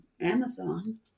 Amazon